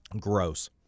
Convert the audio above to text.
Gross